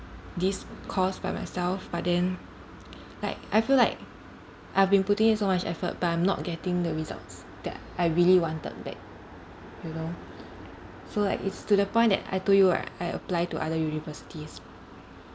this course by myself but then like I feel like I've been putting in so much effort but I'm not getting the results that I really wanted back you know so like it's to the point that I told you right I apply to other universities